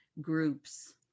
groups